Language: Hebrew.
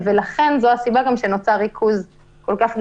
ולכן זו גם הסיבה שנוצר ריכוז כל כך גדול,